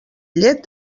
llet